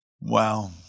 Wow